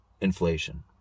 inflation